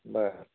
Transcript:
बरं